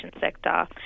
sector